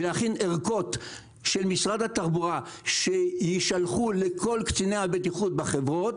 ולהכין ערכות של משרד התחבורה שיישלחו לכל קציני הבטיחות בחברות,